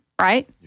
right